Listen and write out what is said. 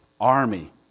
army